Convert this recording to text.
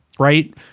right